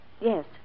Yes